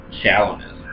shallowness